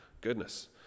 Goodness